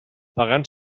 pagant